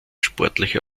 sportliche